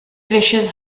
wishes